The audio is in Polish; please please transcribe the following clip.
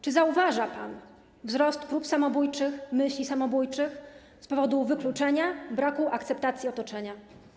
Czy zauważa pan wzrost prób samobójczych, myśli samobójczych z powodu wykluczenia, braku akceptacji otoczenia?